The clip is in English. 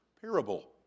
parable